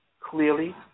clearly